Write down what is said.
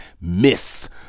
miss